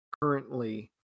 currently